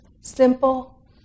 simple